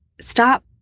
stop